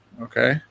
Okay